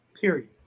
period